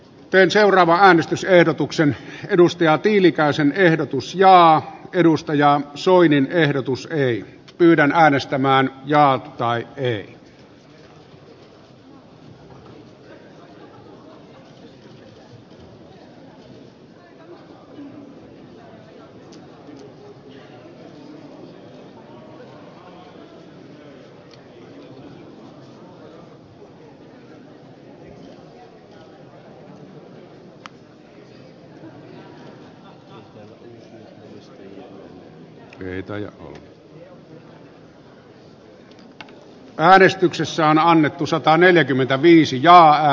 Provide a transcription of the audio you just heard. eduskunta toteaa ettei hallituksella ole vieläkään strategiaa eurokriisistä irrottautumiseksi ja suomen vastuiden rajaamiseksi vaan velkaantuminen maksetaan kotimaassa lisäleikkauksin ja tasaveron korotuksin